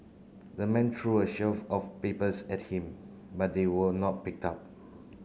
the man threw a sheaf of papers at him but they were not picked up